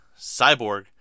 Cyborg